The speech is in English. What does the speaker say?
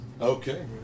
Okay